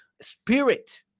spirit